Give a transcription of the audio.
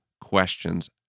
questions